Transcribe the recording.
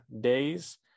days